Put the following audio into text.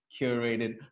curated